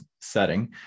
setting